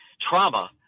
trauma